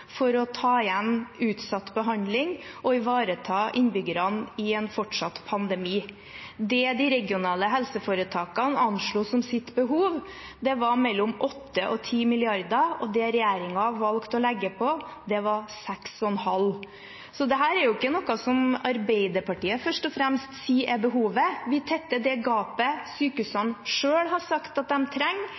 for å ta igjen utsatt behandling og ivareta innbyggerne i en fortsatt pandemi. Det de regionale helseforetakene anslo som sitt behov, var mellom 8 og 10 mrd. kr, og det regjeringen valgte å legge på, var 6,5 mrd. kr. Så dette er ikke noe som Arbeiderpartiet først og fremst sier er behovet; vi tetter det gapet som sykehusene selv har sagt at de trenger,